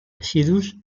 residus